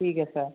ठीक है सर